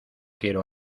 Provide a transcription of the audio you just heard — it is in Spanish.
quiero